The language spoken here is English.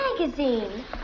magazine